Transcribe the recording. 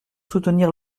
soutenir